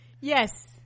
Yes